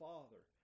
Father